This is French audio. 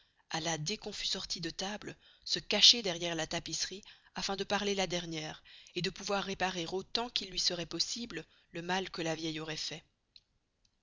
à la petite princesse alla dés qu'on fut sorti de table se cacher derriere la tapisserie afin de parler la derniere et de pouvoir réparer autant qu'il luy seroit possible le mal que la vieille aurait fait